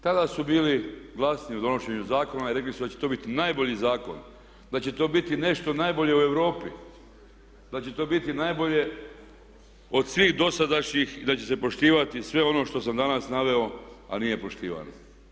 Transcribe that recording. Tada su bili glasni u donošenju zakona i rekli su da će to biti najbolji zakon, da će to biti nešto najbolje u Europi, da će to biti najbolje od svih dosadašnjih i da će se poštivati sve ono što sam danas naveo a nije poštivano.